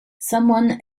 someone